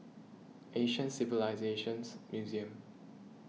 Asian Civilisations Museum